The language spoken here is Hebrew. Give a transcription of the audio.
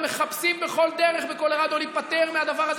הם מחפשים בכל דרך בקולורדו להיפטר מהדבר הזה,